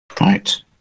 Right